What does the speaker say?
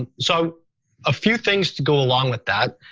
and so a few things to go along with that,